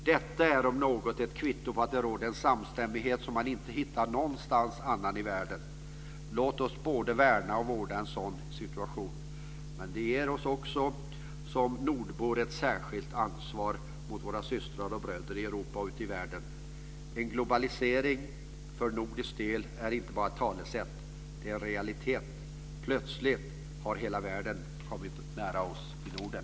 Detta, om något, är ett kvitto på att det råder en samstämmighet som man inte hittar någon annanstans i världen. Låt oss både värna och vårda en sådan situation! Men detta ger oss också som nordbor ett särskilt ansvar mot våra systrar och bröder i Europa och ute i världen. En globalisering för nordisk del är inte bara ett talesätt - det är en realitet. Plötsligt har hela världen kommit nära oss i Norden.